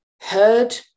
heard